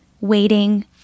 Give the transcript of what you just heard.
waiting